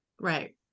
right